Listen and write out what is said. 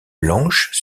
blanches